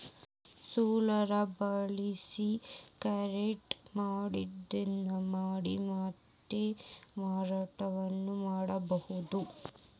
solar ಬಳಸಿ current ಉತ್ಪಾದನೆ ಮಾಡಿ ಮಾತಾ ಮಾರಾಟಾನು ಮಾಡುದು